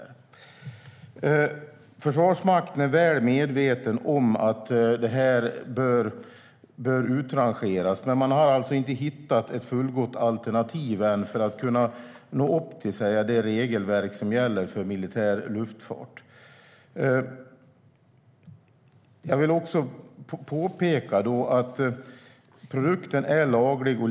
Jag vill också påpeka att produkten är laglig.